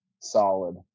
solid